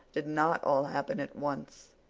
did not all happen at once,